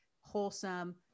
wholesome